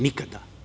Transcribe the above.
Nikada.